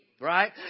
Right